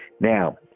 Now